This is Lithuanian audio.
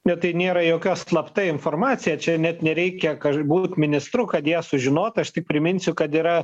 ne tai nėra jokia slapta informacija čia net nereikia būt ministru kad ją sužinot aš tik priminsiu kad yra